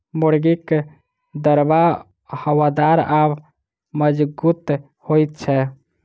मुर्गीक दरबा हवादार आ मजगूत होइत छै